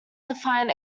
defined